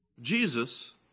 Jesus